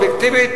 אובייקטיבית,